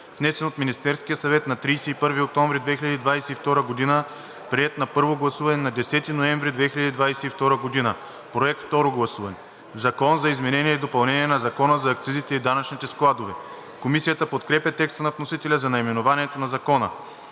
внесен от Министерския съвет на 31 октомври 2022 г., приет на първо гласуване на 10 ноември 2022 г.“ Проект за второ гласуване „Закон за изменение и допълнение на Закона за акцизите и данъчните складове.“ Комисията подкрепя текста на вносителя за наименованието на Закона.